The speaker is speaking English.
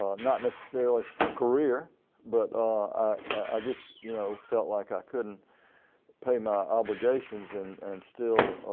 ah not necessarily a career but i just you know felt like i couldn't pay my obligations and and still